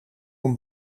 een